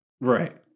Right